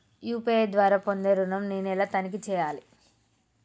UPI ద్వారా పొందే ఋణం నేను ఎలా తనిఖీ చేయాలి?